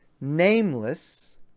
nameless